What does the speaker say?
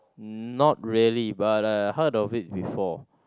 uh not really but uh heard of it before